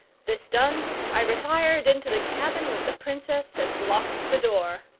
this done, i retired into the cabin with the princess, and locked the door.